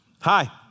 Hi